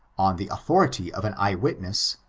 on the authority of an eye witness,